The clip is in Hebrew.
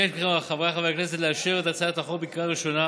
אבקש מחבריי חברי הכנסת לאשר את הצעת החוק בקריאה ראשונה